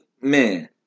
Man